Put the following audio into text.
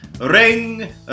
Ring